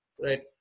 right